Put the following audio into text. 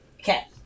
Okay